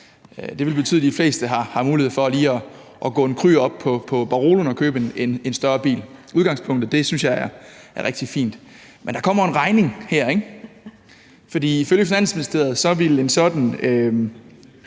Det vil betyde, at de fleste har en mulighed for lige at gå en cru op på Baroloen og købe en større bil, og udgangspunktet synes jeg er rigtig fint. Men der kommer en regning her, ikke? For ifølge Finansministeriet vil et sådant